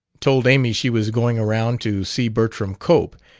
told amy she was going around to see bertram cope,